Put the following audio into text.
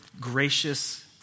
gracious